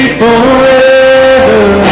forever